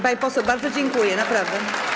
Pani poseł, bardzo dziękuję, naprawdę.